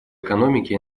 экономики